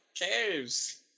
caves